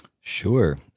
Sure